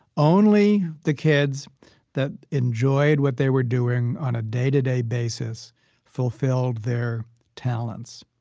only the kids that enjoyed what they were doing on a day-to-day basis fulfilled their talents.